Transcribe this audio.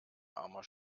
armer